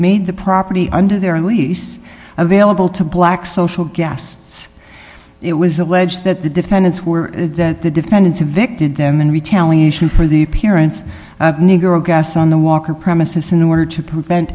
made the property under their lease available to black social guests it was alleged that the defendants were that the defendants evicted them in retaliation for the appearance of negro gas on the walker premises in order to prevent